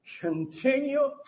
continue